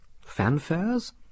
Fanfares